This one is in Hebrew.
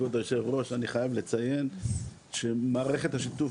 כבוד יושב הראש אני חייב לציין שמערכת שיתוף